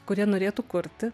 kurie norėtų kurti